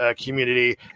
community